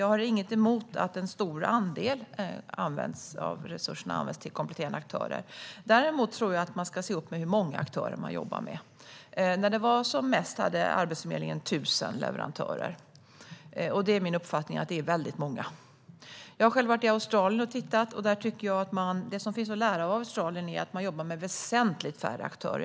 Jag har inget emot att en stor andel av resurserna används till kompletterande aktörer. Däremot tror jag att man ska se upp med hur många aktörer man jobbar med. När det var som mest hade Arbetsförmedlingen tusen leverantörer, och jag menar att det är väldigt många. Jag har själv varit i Australien och tittat, och det som finns att lära där är att man jobbar med väsentligt färre aktörer.